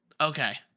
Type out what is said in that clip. Okay